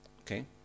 Okay